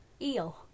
Eel